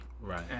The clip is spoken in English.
Right